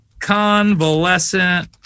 convalescent